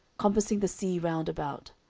compassing the sea round about.